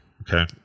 okay